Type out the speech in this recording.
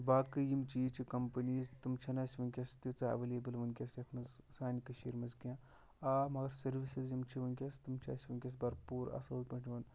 باقٕے یِم چیٖز چھِ کَمپٔنیٖز تِم چھَنہٕ اَسہِ وٕنکٮ۪س تیٖژہ اٮ۪وَلیبٕل وٕنکٮ۪س یَتھ منٛز سانہِ کٔشیٖرِ منٛز کینٛہہ آ مگر سٔروِسٕز یِم چھِ وٕنکٮ۪س تِم چھِ اَسہِ وٕنکٮ۪س برپوٗر اَصٕل پٲٹھۍ یِوان